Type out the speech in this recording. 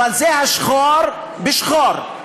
אבל זה שחור משחור.